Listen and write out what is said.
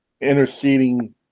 interceding